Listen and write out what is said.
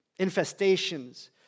infestations